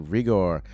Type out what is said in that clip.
Rigor